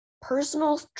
personal